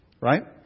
Right